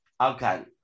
Okay